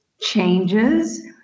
changes